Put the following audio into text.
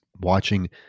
watching